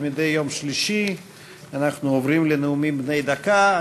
כמדי יום שלישי אנחנו עוברים לנאומים בני דקה.